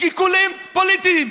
שיקולים פוליטיים.